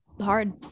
hard